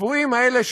הצבועים האלה,